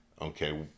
Okay